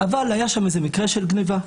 אבל היה שם מקרה של גניבה.